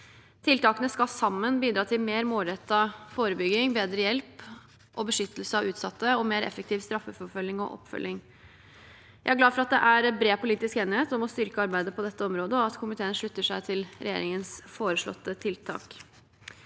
Tiltakene skal sammen bidra til mer målrettet forebygging, bedre hjelp til og beskyttelse av utsatte og mer effektiv straffeforfølging og oppfølging. Jeg er glad for at det er bred politisk enighet om å styrke arbeidet på dette området, og at komiteen slutter seg til regjeringens foreslåtte tiltak.